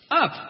Up